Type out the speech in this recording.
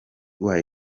www